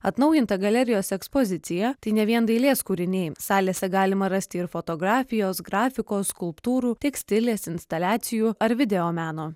atnaujinta galerijos ekspozicija tai ne vien dailės kūriniai salėse galima rasti ir fotografijos grafikos skulptūrų tekstilės instaliacijų ar videomeno